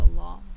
Allah